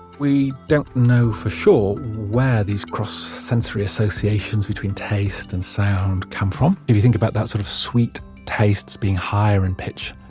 we don't know for sure where these cross-sensory associations between taste and sound come from. if you think about that sort of sweet taste being higher in pitch,